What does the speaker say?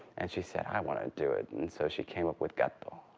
and she said i want to do it, and so she came up with gato.